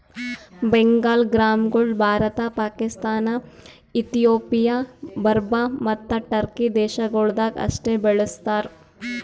ಬೆಂಗಾಲ್ ಗ್ರಾಂಗೊಳ್ ಭಾರತ, ಪಾಕಿಸ್ತಾನ, ಇಥಿಯೋಪಿಯಾ, ಬರ್ಮಾ ಮತ್ತ ಟರ್ಕಿ ದೇಶಗೊಳ್ದಾಗ್ ಅಷ್ಟೆ ಬೆಳುಸ್ತಾರ್